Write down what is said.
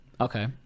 Okay